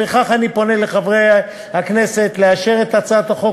ולפיכך אני פונה לחברי הכנסת בבקשה לאשר את הצעת החוק